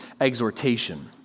exhortation